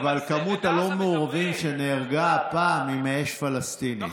אבל כמות הלא-מעורבים שנהרגו הפעם היא מאש פלסטינית,